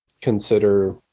consider